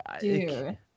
Dude